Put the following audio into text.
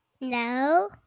No